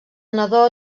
nadó